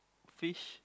fish